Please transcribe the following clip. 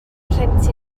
rhentu